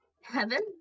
Heaven